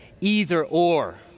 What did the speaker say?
either-or